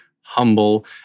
humble